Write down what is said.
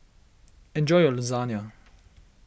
enjoy your Lasagne